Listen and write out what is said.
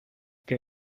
que